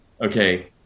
okay